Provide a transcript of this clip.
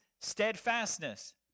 steadfastness